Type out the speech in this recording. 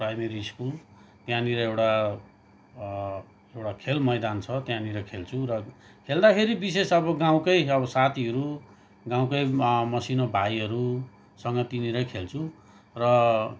primary school त्यहाँनिर एउटा एउटा खेल मैदान छ त्यहाँनिर खेल्छु र खेल्दाखेरि विशेष अब गाउँकै अब साथीहरू गाउँकै मसिनो भाइहरूसँग त्यहीँनिरै खेल्छु र